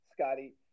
Scotty